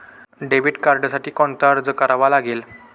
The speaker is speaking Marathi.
डेबिट कार्डसाठी कोणता अर्ज करावा लागेल?